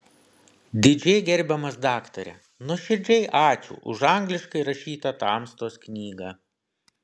didžiai gerbiamas daktare nuoširdžiai ačiū už angliškai rašytą tamstos knygą